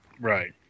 Right